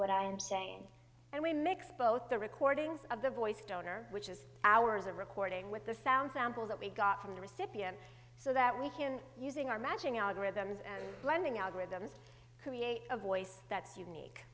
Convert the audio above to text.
what i am saying and we mix both the recordings of the voice donor which is ours and recording with the sound samples that we got from the recipient so that we can using our matching algorithms and blending algorithms create a voice that's unique